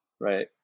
right